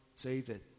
David